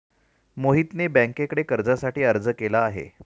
मोहितने बँकेकडे कर्जासाठी अर्ज केला आहे